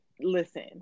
listen